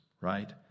right